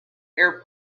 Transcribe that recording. air